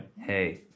Hey